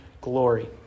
glory